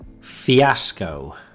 fiasco